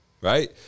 right